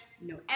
no